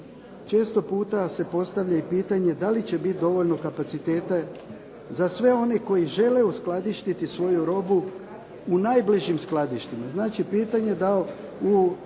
često puta se postavlja i pitanje da li će biti dovoljno kapaciteta za sve one koji žele uskladištiti svoju robu u najbližim skladištima. Znači, pitanje da u